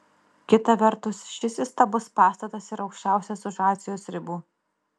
kita vertus šis įstabus pastatas yra aukščiausias už azijos ribų